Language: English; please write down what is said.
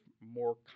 more